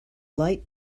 light